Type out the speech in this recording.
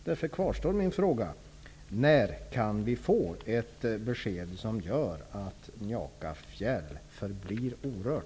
Därför kvarstår min fråga: När kan vi få ett besked om att Njakafjäll förblir orört?